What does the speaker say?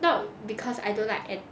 not because I don't like N